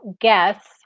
guess